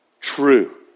true